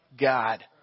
God